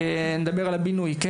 אני מדבר על הבינוי.